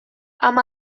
amb